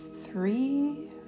three